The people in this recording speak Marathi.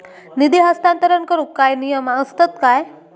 निधी हस्तांतरण करूक काय नियम असतत काय?